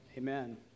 Amen